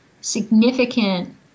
significant